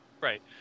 Right